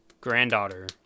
granddaughter